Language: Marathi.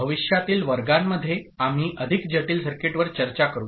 भविष्यातील वर्गांमध्ये आम्ही अधिक जटिल सर्किटवर चर्चा करू